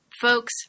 folks